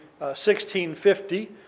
1650